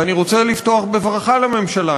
ואני רוצה לפתוח בברכה לממשלה.